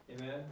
Amen